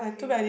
okay